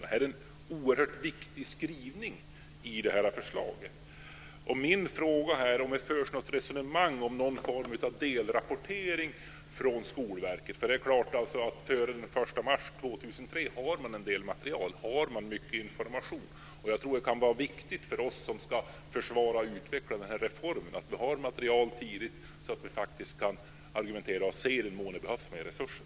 Det här är en oerhört viktig skrivning i förslaget. Min fråga är om det förs något resonemang om någon form av delrapportering från Skolverket. Det är klart att man före den 1 mars 2003 har en del material och mycket information. Jag tror att det kan vara viktigt för oss som ska försvara och utveckla den här reformen att vi får material tidigt för att vi faktiskt ska kunna argumentera för och se i vad mån det behövs resurser.